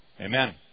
Amen